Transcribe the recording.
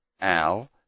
Al